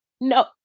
No